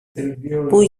που